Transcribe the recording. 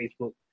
Facebook